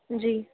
جی